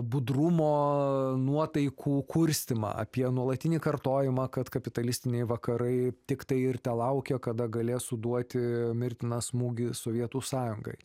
budrumo nuotaikų kurstymą apie nuolatinį kartojimą kad kapitalistiniai vakarai tiktai ir telaukia kada galės suduoti mirtiną smūgį sovietų sąjungai